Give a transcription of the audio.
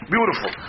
Beautiful